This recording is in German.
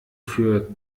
für